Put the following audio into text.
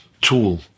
tool